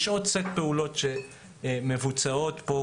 יש עוד סט פעולות שמבוצעות פה,